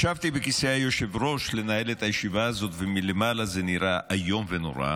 ישבתי בכיסא היושב-ראש לנהל את הישיבה הזאת ומלמעלה זה נראה איום ונורא,